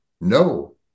no